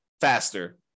faster